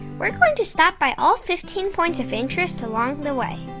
we're going to stop by all fifteen points of interest along the way.